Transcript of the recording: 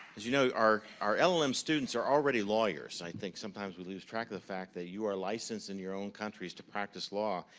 you know our our lm students are already lawyers. i think sometimes we lose track of the fact that you are licensed in your own countries to practice law.